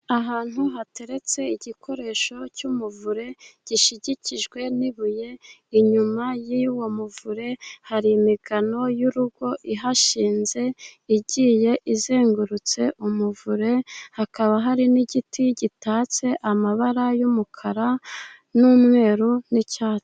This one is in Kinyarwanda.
Ahantu hateretse igikoresho cy'umuvure, gishigikijwe n'ibuye. Inyuma y’uwo muvure hari imigano y’urugo ihashinze, igiye izengurutse umuvure. Hakaba hari n’igiti gitatse amabara y’umukara, n'umweru n’icyatsi.